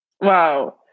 Wow